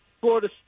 Florida